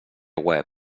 web